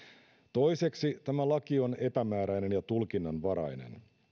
toiseksi tämä laki on epämääräinen ja tulkinnanvarainen